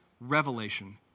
revelation